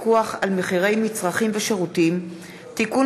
חוק פיקוח על מחירי מצרכים ושירותים (תיקון,